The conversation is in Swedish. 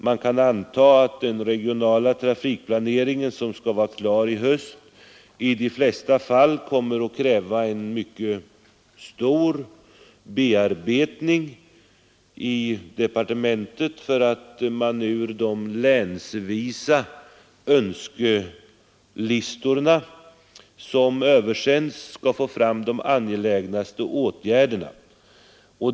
Man kan anta att den regionala trafikplaneringen, som skall vara klar i höst, i de flesta fall kommer att kräva en omfattande bearbetning i departementet. Man skall där nämligen ur de önskelistor som översänts länsvis få fram de angelägnaste åtgärderna.